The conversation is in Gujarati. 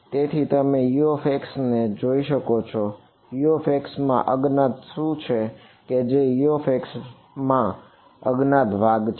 તેથી તમે Ux ને જોઈ શકો છો Ux માં અજ્ઞાત શું છે કે જે Ux માં અજ્ઞાત ભાગ છે